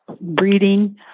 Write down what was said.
breeding